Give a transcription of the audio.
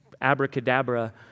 abracadabra